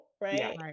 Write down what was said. right